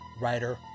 writer